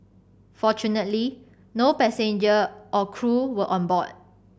fortunately no passenger or crew were on board